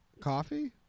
Coffee